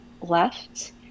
left